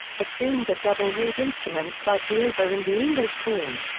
bassoons are double reed instruments like the oboe and the english horn.